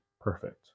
perfect